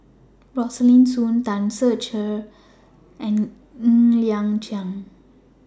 Rosaline Soon Tan Ser Cher and Ng Liang Chiang